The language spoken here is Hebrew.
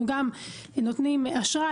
אנחנו גם נותנים אשראי,